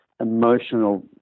emotional